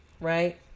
right